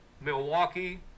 Milwaukee